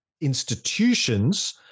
institutions